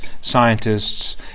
scientists